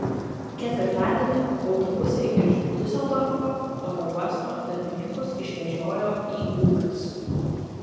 ketvirtadienį autobusai iš diuseldorfo oro uosto darbininkus išvežiojo į ūkius